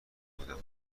بودم